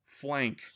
flank